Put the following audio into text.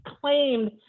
claimed